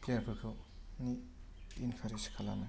फ्लेयार फोरखौनो इनकारेज खालामो